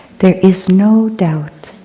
there is no doubt,